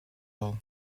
roll